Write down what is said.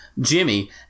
Jimmy